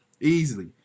Easily